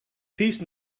peace